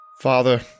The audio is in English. Father